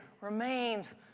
remains